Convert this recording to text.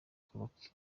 kubaka